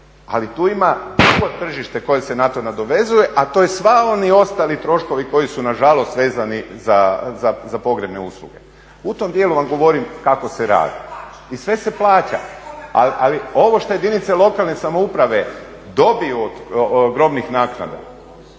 ne razumije./… tržište koje se na to nadovezuje a to je svi oni ostali troškovi koji su nažalost vezani za pogrebne usluge. U tom dijelu vam govorim kako se radi. …/Upadica se ne čuje./… I sve se plaća. Ali ovo što jedinice lokalne samouprave dobiju od grobnih naknada